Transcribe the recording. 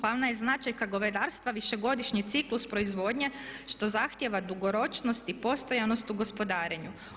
Glavna je značajka govedarstva višegodišnji ciklus proizvodnje što zahtjeva dugoročnost i postojanost u gospodarenju.